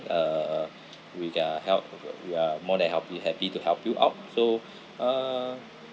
uh uh uh with a help we are more than hap~ happy to help you out so uh